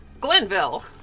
Glenville